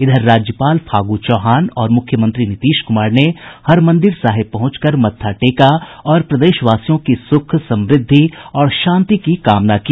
इधर राज्यपाल फागु चौहान और मुख्यमंत्री नीतीश कुमार ने हरमंदिर साहिब पहुंचकर मत्था टेका और प्रदेशवासियों की सुख समृद्धि और शांति की कामना की